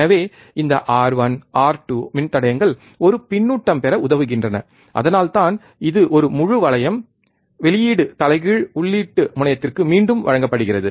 எனவே இந்த R1 R2 மின்தடையங்கள் ஒரு பின்னூட்டம் பெற உதவுகின்றன அதனால்தான் இது ஒரு முழு வளையம் வெளியீடு தலைகீழ் உள்ளீட்டு முனையத்திற்கு மீண்டும் வழங்கப்படுகிறது